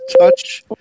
touch